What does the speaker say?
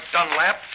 Dunlap